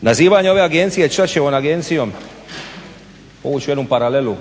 Nazivanje ove agencije Čačićevom agencijom povući ću jednu paralelu,